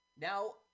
Now